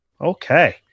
okay